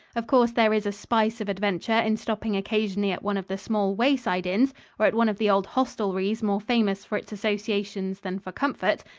of course there is a spice of adventure in stopping occasionally at one of the small wayside inns or at one of the old hostelries more famous for its associations than for comfort,